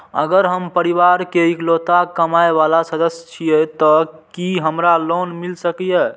अगर हम परिवार के इकलौता कमाय वाला सदस्य छियै त की हमरा लोन मिल सकीए?